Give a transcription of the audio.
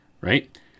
right